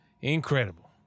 Incredible